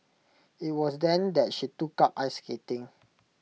IT was then that she took up ice skating